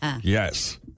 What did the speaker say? Yes